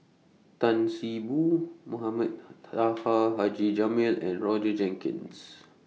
Tan See Boo Mohamed Taha Haji Jamil and Roger Jenkins